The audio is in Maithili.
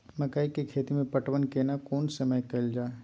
मकई के खेती मे पटवन केना कोन समय कैल जाय?